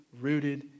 rooted